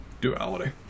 Duality